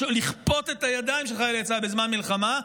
לכפות את הידיים של חיילי צה"ל בזמן מלחמה,